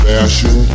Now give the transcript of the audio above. Fashion